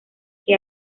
que